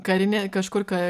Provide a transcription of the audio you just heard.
karinį kažkur ka